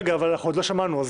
רגע, אבל עוד לא שמענו.